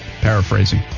paraphrasing